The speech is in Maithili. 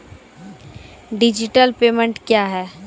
डिजिटल पेमेंट क्या हैं?